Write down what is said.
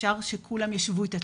אפשר שכולם ישוו את עצמם,